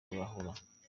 kurahura